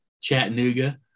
chattanooga